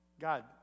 God